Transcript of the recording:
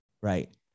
right